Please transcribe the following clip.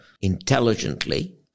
intelligently